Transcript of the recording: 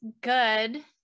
good